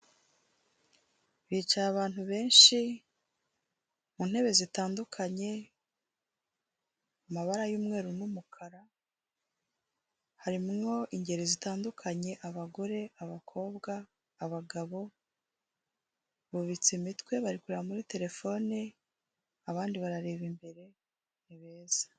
Bicaye abantu benshi mu ntebe zitandukanye, amabara y'umweru n'umukara, harimo ingeri zitandukanye abagore, abakobwa, abagabo bubitse imitwe bari kureba muri telefone, abandi barareba imbere ni beza.